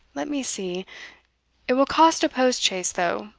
let me see it will cost a post-chaise though,